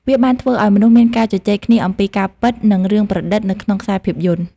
វាបានធ្វើឲ្យមនុស្សមានការជជែកគ្នាអំពីការពិតនិងរឿងប្រឌិតនៅក្នុងខ្សែភាពយន្ត។